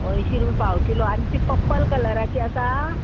अंयशीं रुपया पाव किलो आनी तीं पप्पल कलराची आसा